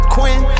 Quinn